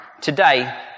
Today